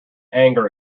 anger